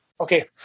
Okay